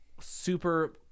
super